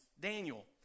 Daniel